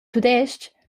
tudestg